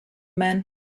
man